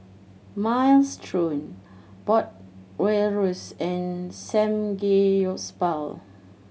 Minestrone and Samgeyopsal